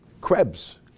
Krebs